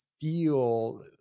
feel